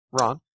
Ron